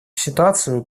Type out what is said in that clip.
ситуацию